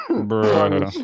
Bro